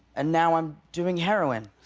and now i'm doing heroin.